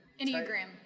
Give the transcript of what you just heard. Enneagram